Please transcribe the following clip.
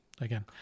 again